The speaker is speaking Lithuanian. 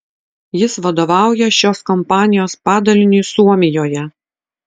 jis vadovauja šios kompanijos padaliniui suomijoje